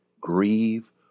grieve